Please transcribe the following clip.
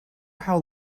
how